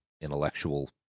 intellectual